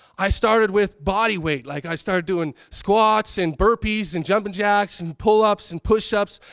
i started with body weight. like i started doing squats and burpees and jumping jacks and pull ups and push ups.